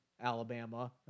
Alabama